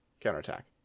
counterattack